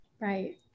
Right